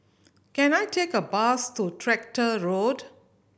can I take a bus to Tractor Road